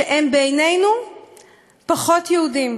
שהם בעינינו פחות יהודים,